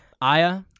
Aya